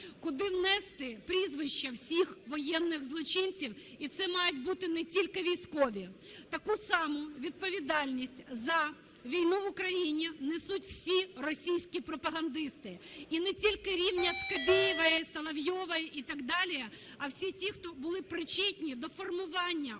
куди внести прізвища всіх воєнних злочинців, і це мають бути не тільки військові. Таку саму відповідальність за війну в Україні несуть всі російські пропагандисти і не тільки рівня Скабєєвої, Соловйова і так далі, а всі ті, хто були причетні до формування